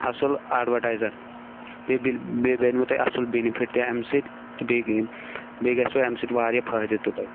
اَصٕل اَٮ۪ڈوَٹایزَر بیٚیہِ بِل بیٚیہِ بَنوٕ تۄہہِ اَصل بیٚنِفِت تہٕ اَمہِ سۭتۍ تہٕ بیٚیہِ بیٚیہِ گَژھوٕ اَمہِ سۭتۍ واریاہ فٲیدٕ تہِ تۄہہِ